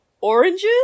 oranges